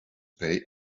pay